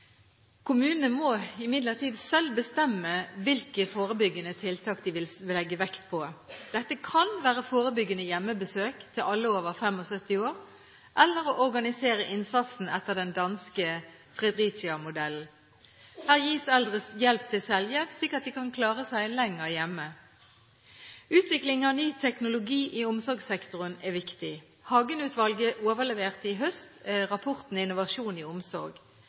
Kommunene må imidlertid selv bestemme hvilke forebyggende tiltak de vil legge vekt på. Dette kan være forebyggende hjemmebesøk til alle over 75 år, eller å organisere innsatsen etter den danske Fredericia-modellen. Her gis eldre hjelp til selvhjelp slik at de kan klare seg lenger hjemme. Utviklingen av ny teknologi i omsorgssektoren er viktig. Hagen-utvalget overleverte i høst rapporten Innovasjon i omsorg.